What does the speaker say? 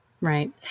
Right